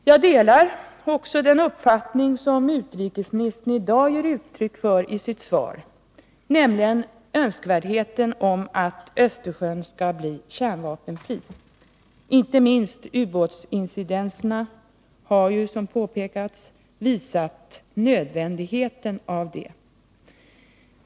Jag delar också den uppfattning som utrikesministern i dag ger uttryck för i sitt svar, nämligen önskvärdheten av att Östersjön skall bli kärnvapenfri. Inte minst ubåtsincidenterna har, som påpekats, visat nödvändigheten härav.